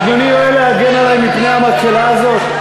אדוני יואיל להגן עלי מפני המקהלה הזאת.